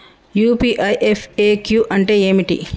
UPI FAQ అంటే ఏమిటి?